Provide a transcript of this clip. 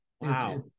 Wow